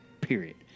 period